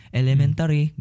elementary